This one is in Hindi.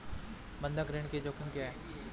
बंधक ऋण के जोखिम क्या हैं?